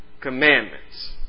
commandments